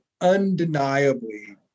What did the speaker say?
undeniably